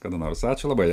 kada nors ačiū labai